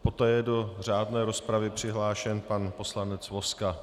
Poté je do řádné rozpravy přihlášen pan poslanec Vozka.